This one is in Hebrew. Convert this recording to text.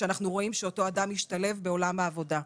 כשאנחנו רואים שאותו אדם השתלב בעולם העבודה.